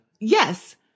Yes